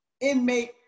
inmate